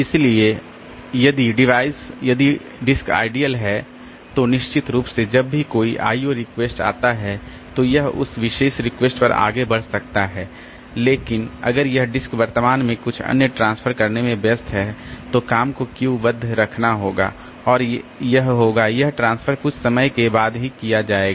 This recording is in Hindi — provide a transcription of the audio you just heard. इसलिए यदि डिवाइस यदि डिस्क आइडियल है तो निश्चित रूप से जब भी कोई आईओ रिक्वेस्ट आता है तो यह उस विशेष रिक्वेस्ट पर आगे बढ़ सकता है लेकिन अगर यह डिस्क वर्तमान में कुछ अन्य ट्रांसफर करने में व्यस्त है तो काम को क्यू बद्ध रखना होगा और यह होगा यह ट्रांसफर कुछ समय के बाद ही किया जाएगा